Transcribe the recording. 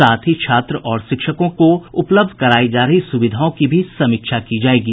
साथ ही छात्र और शिक्षकों को उपलब्ध करायी जा रही सुविधाओं की भी समीक्षा की जायेगी